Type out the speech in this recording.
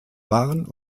waren